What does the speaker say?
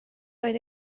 oedd